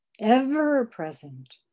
ever-present